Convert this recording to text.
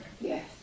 Yes